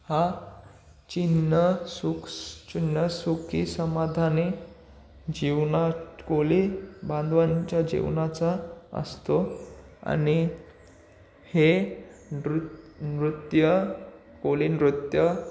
हा चिन्ह सुख चिन्ह सुखी समाधानी जीवनात कोळी बांधवांच्या जीवनाचा असतो आणि हे नृ नृत्य कोळी नृत्य